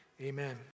amen